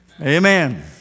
Amen